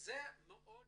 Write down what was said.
זה מאוד